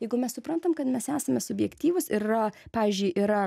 jeigu mes suprantam kad mes esame subjektyvūs ir yra pavyzdžiui yra